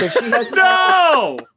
no